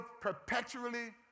perpetually